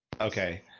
Okay